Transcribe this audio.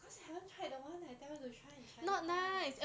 cause you haven't tried the one that I tell you to try at chinatown